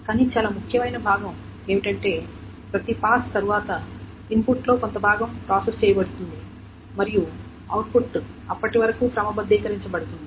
కానీ చాలా ముఖ్యమైన భాగం ఏమిటంటే ప్రతి పాస్ తర్వాత ఇన్పుట్లో కొంత భాగం ప్రాసెస్ చేయబడుతుంది మరియు అవుట్పుట్ అప్పటి వరకు క్రమబద్ధీకరించ బడుతుంది